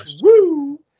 woo